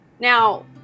Now